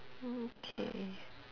mm K